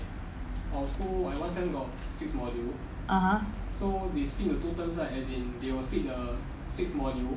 (uh huh)